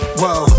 whoa